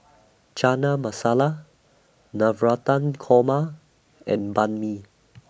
Chana Masala Navratan Korma and Banh MI